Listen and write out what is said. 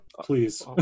Please